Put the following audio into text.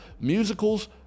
musicals